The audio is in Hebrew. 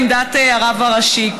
וגם עמדת הרב ראשי.